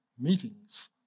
meetings